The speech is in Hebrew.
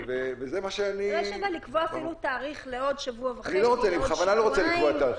בזמן שאתה מקריא את הסעיפים, אז מגישים הסתייגויות